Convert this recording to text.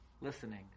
listening